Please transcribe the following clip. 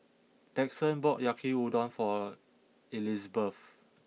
Daxton bought Yaki udon for Elizbeth